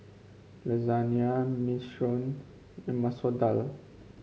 Lasagne Minestrone and Masoor Dal